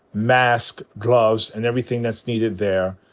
mask, gloves, and everything that's needed there.